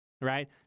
right